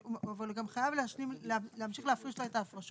אבל הוא גם חייב להמשיך להפריש לו את ההפרשות.